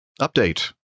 Update